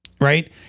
right